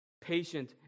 Patient